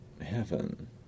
heaven